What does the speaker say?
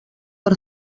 per